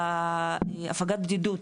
להפגת בדידות.